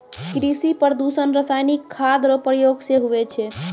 कृषि प्रदूषण रसायनिक खाद रो प्रयोग से हुवै छै